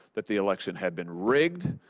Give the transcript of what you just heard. that the election had been rigged.